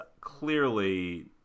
clearly